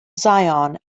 zion